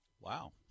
Wow